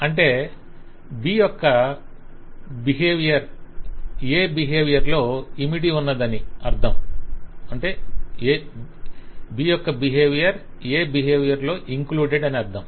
అంటే B యొక్క behaviour A behaviour లో ఇమిడియున్నదని దీని అర్థం